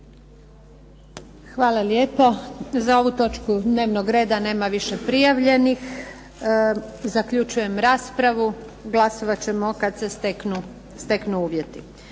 Hvala lijepa. Za ovu točku dnevnog reda nema više prijavljenih. Zaključujem raspravu. Glasovat ćemo kad se steknu uvjeti.